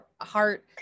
Heart